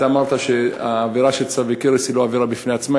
אמרת שהעבירה של ריסוס צלבי קרס היא לא עבירה בפני עצמה,